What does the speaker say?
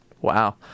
Wow